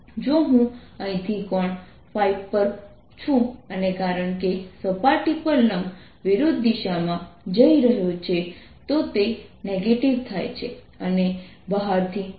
જો હું અહીંથી કોણ પર છું અને કારણ કે સપાટી પર લંબ વિરુદ્ધ દિશામાં જઈ રહ્યો છે તો તે નેગેટિવ થાય છે અને બહારથી કોઈ યોગદાન નથી